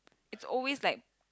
it's always like